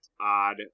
Odd